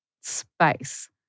space